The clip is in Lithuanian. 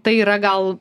tai yra gal